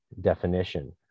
definition